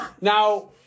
Now